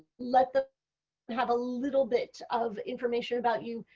let them have a little bit of information about you.